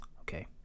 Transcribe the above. Okay